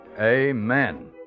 Amen